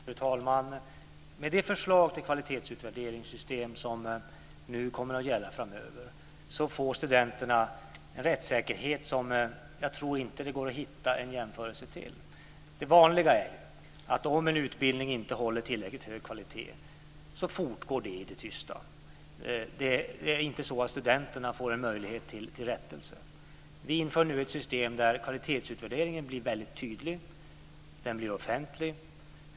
Fru talman! Med det förslag till kvalitetsutvärderingssystem som nu kommer att gälla framöver får studenterna en rättssäkerhet som jag inte tror att det går att hitta en jämförelse till. Det vanliga är ju att om en utbildning inte håller tillräckligt hög kvalitet fortgår det i det tysta. Det är inte så att studenterna får en möjlighet till rättelse. Vi inför nu ett system där kvalitetsutvärderingen blir väldigt tydlig. Den blir offentlig.